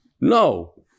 No